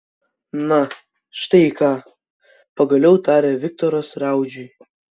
na štai ką pagaliau tarė viktoras raudžiui